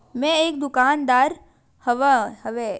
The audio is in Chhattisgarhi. मै एक दुकानदार हवय मोला लोन मिल जाही?